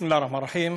בסם אללה א-רחמן א-רחים.